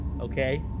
okay